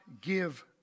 give